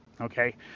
okay